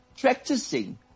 practicing